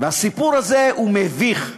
הסיפור הזה מביך.